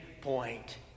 point